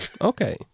okay